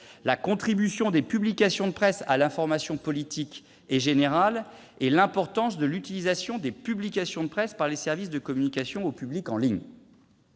la contribution des publications de presse à l'information politique et générale et l'importance de l'utilisation des publications de presse par les services de communication au public en ligne.